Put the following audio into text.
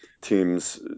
teams